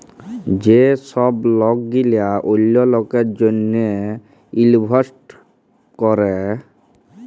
যে ছব লক গিলা অল্য লকের জ্যনহে ইলভেস্ট ক্যরে